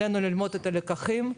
עלינו ללמוד את הלקחים.